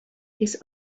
his